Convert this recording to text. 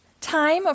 Time